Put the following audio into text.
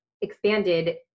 expanded